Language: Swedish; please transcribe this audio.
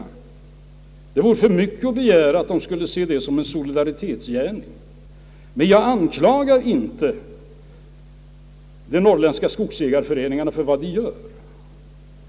Det är för mycket att begära att de skulle se det som en solidaritetsgärning. Men jag anklagar inte de norrländska skogsägarföreningarna för vad de gör.